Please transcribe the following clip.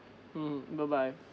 mmhmm bye bye